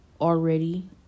already